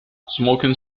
smoking